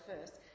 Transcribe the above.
first